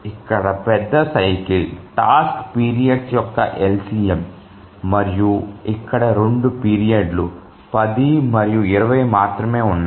ఇక్కడ పెద్ద cycle task periods యొక్క LCM మరియు ఇక్కడ 2 పీరియడ్లు 10 మరియు 20 మాత్రమే ఉన్నాయి